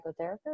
psychotherapist